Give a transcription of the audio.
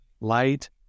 light